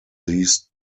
these